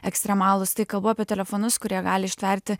ekstremalūs tai kalbu apie telefonus kurie gali ištverti